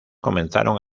comenzaron